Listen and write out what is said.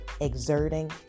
exerting